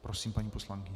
Prosím, paní poslankyně.